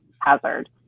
hazard